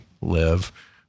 live